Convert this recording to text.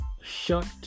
shut